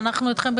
ואנחנו אתכם,